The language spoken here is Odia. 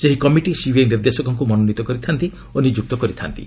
ସେହି କମିଟି ସିବିଆଇ ନିର୍ଦ୍ଦେଶକଙ୍କୁ ମନୋନୀତ କରିଥାନ୍ତି ଓ ନିଯୁକ୍ତ କରିଥାନ୍ତି